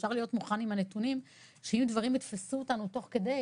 אפשר להיות מוכנים עם הנתונים שאם הדברים יתפסו אותנו תוך כדי,